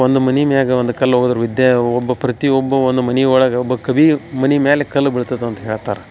ಒಂದು ಮನೆ ಮ್ಯಾಲ ಒಂದು ಕಲ್ಲು ಒಗದ್ರೆ ವಿದ್ಯಾ ಒಬ್ಬ ಪ್ರತಿ ಒಬ್ಬ ಒಂದು ಮನೆ ಒಳಗೆ ಒಬ್ಬ ಕವಿಯ ಮನೆ ಮೇಲೆ ಕಲ್ಲು ಬೀಳ್ತದೆ ಅಂತ ಹೇಳ್ತಾರೆ